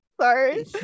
Sorry